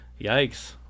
Yikes